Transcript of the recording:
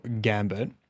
gambit